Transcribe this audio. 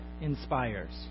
inspires